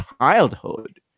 childhood